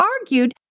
argued